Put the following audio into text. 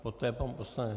Poté pan poslanec...